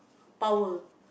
power